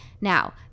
Now